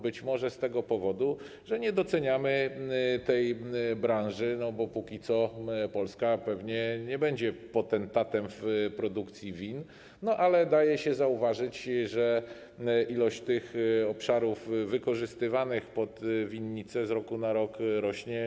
Być może z tego powodu, że nie doceniamy tej branży, bo póki co Polska pewnie nie będzie potentatem w produkcji win, ale daje się zauważyć, że ilość obszarów wykorzystywanych, przeznaczanych na winnice z roku na rok rośnie.